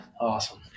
Awesome